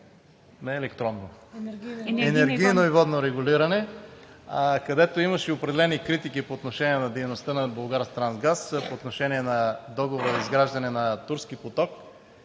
Комисията за енергийно и водно регулиране, където имаше определени критики по отношение на дейността на „Булгартрансгаз“, по отношение на договора за изграждане на „Турски поток“